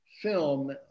Film